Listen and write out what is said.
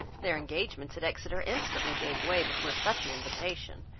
their engagements at exeter instantly gave way before such an invitation,